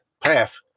path